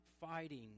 fighting